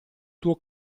tuo